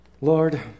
Lord